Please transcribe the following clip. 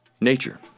nature